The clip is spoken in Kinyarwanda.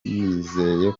yizeye